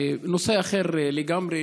נושא אחר לגמרי,